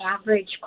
average